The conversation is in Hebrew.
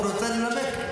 והוא רוצה לנמק.